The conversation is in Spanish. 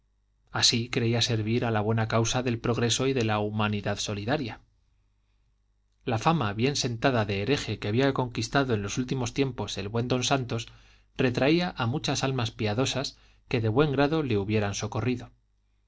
así creía servir a la buena causa del progreso y de la humanidad solidaria la fama bien sentada de hereje que había conquistado en los últimos tiempos el buen don santos retraía a muchas almas piadosas que de buen grado le hubieran socorrido